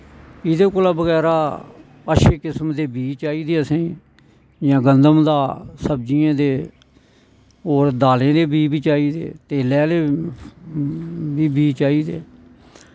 इह्दे कोला बगैरा अच्छे किस्म दे बीऽ चाही दे असेंई जियां गंदम दा सब्जियें दे होर दालें दे बीऽ बी चाही दे तेले आह्ले बी बीऽ चाही दे